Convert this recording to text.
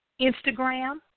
Instagram